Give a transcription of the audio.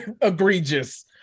egregious